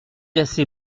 assez